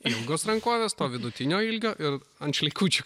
ilgos rankovės to vidutinio ilgio ir ant šleikučių